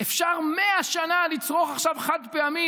אפשר 100 שנה לצרוך עכשיו חד-פעמי,